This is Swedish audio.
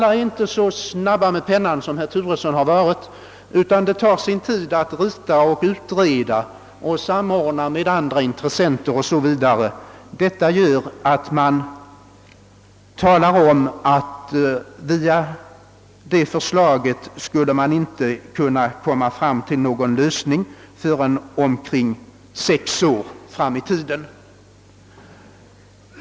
De har inte varit så snabba med pennan som herr Turesson, de har framhållit att det tar sin tid att rita och utreda och samordna med andra intressenter m.m. Sty relsen säger att man med detta förslag inte skulle komma fram till någon lösning förrän omkring sex år framåt i tiden.